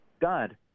God